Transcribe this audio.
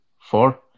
four